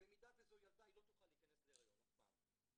אם זו ילדה היא לא תוכל להיכנס להיריון אף פעם.